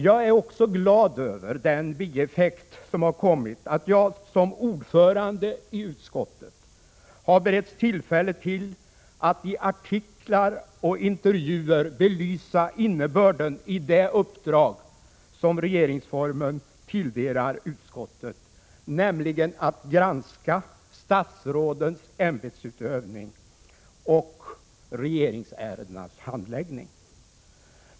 Jag är också glad över den bieffekt som har kommit, att jag som ordförande i utskottet har beretts tillfälle till att i artiklar och intervjuer belysa innebörden i det uppdrag som regeringsformen tilldelar utskottet, nämligen att granska statsrådens ämbetsutövning och regeringsärendenas handläggning.